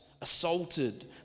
assaulted